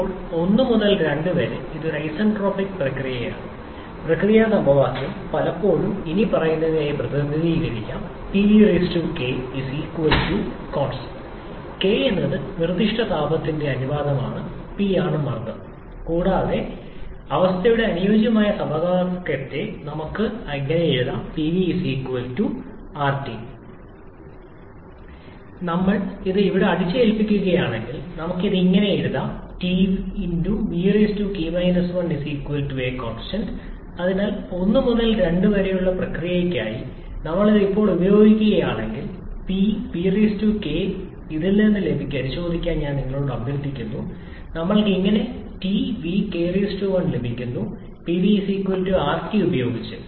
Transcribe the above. ഇപ്പോൾ 1 മുതൽ 2 വരെ ഇത് ഒരു ഐസന്റ്രോപിക് പ്രക്രിയയാണ് പ്രക്രിയ സമവാക്യം പലപ്പോഴും ഇനിപ്പറയുന്നവയായി പ്രതിനിധീകരിക്കാം 𝑃𝑣𝑘 𝑐𝑜𝑛𝑠𝑡𝑎𝑛𝑡 K എന്നത് നിർദ്ദിഷ്ട താപത്തിന്റെ അനുപാതമാണ് P ആണ് മർദ്ദം കൂടാതെ സംസ്ഥാനത്തിന്റെ അനുയോജ്യമായ വാതക സമവാക്യത്തിൽ നിന്ന് നമുക്കറിയാം Pv RT നമ്മൾ ഇത് ഇവിടെ അടിച്ചേൽപ്പിക്കുകയാണെങ്കിൽ നമുക്ക് ഇത് ഇങ്ങനെ എഴുതാം 𝑇𝑣𝑘 1 𝑐𝑜𝑛𝑠𝑡𝑎𝑛𝑡 അതിനാൽ 1 മുതൽ 2 വരെയുള്ള പ്രക്രിയയ്ക്കായി നമ്മൾ ഇത് ഇപ്പോൾ ഉപയോഗിക്കുകയാണെങ്കിൽ Pvk നിന്ന് ഇത് പരിശോധിക്കാൻ ഞാൻ നിങ്ങളോട് അഭ്യർത്ഥിക്കുന്നു നമ്മൾക്ക് എങ്ങനെ Tvk 1 ലഭിക്കുന്നു Pv RT ഉപയോഗിച്ച്